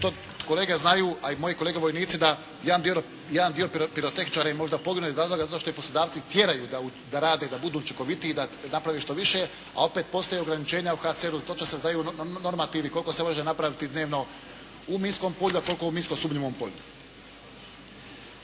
to kolege znaju, a i moje kolege vojnici da jedan dio pirotehničara je možda poginuo iz razloga zato što ih poslodavci tjeraju da rade, da budu učinkovitiji, da naprave što više, a opet postoje ograničenja u HCR-u, točno se znaju normativi koliko se može napraviti dnevno u minskom polju, a koliko u minsko sumnjivom polju.